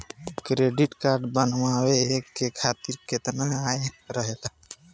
Credit card बनवाए के खातिर केतना आय रहेला?